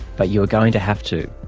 but you are going to have to.